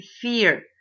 fear